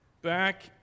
Back